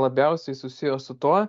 labiausiai susiję su tuo